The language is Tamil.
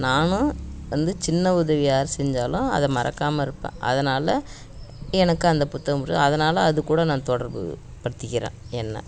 நானும் வந்து சின்ன உதவி யார் செஞ்சாலும் அதை மறக்காமல் இருப்பேன் அதனால் எனக்கு அந்தப் புத்தகம் ஒரு அதனால் அதுக் கூட நான் தொடர்புப் படுத்திக்கிறேன் என்னை